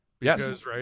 Yes